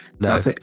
no